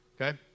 Okay